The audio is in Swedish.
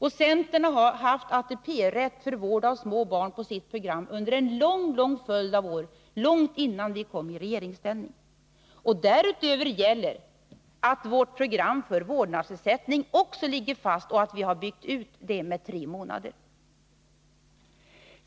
Centern har på sitt program under en lång följd av år haft ATP-rätt för vård av små barn — långt innan partiet kom i regeringsställning. Därutöver gäller att vårt program för vårdnadsersätting också ligger fast och att vi byggt ut det med tre månader.